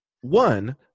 one